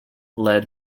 led